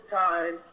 time